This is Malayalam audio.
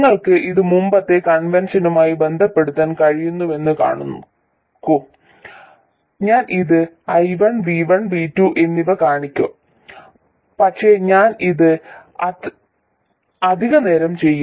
നിങ്ങൾക്ക് ഇത് മുമ്പത്തെ കൺവെൻഷനുമായി ബന്ധപ്പെടുത്താൻ കഴിയുമെന്ന് കാണിക്കൂ ഞാൻ ഇത് I1 V1 V2 എന്നിങ്ങനെ കാണിക്കും പക്ഷേ ഞാൻ ഇത് അധികനേരം ചെയ്യില്ല